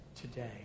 today